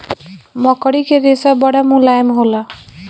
मकड़ी के रेशा बड़ा मुलायम होला